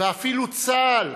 ואפילו צה"ל,